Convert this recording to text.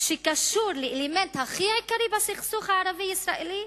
שקשור לאלמנט הכי עיקרי בסכסוך הערבי-ישראלי,